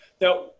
Now